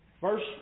verse